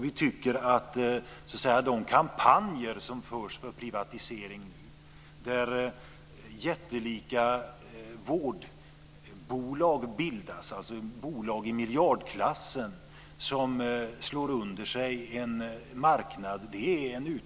Vi ser med stor oro på de kampanjer som förs för privatisering och där jättelika vårdbolag i miljardklassen bildas.